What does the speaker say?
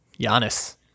Giannis